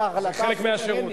אין להם יכולת כלכלית להתחבר.